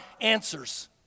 answers